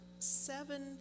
seven